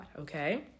okay